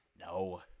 No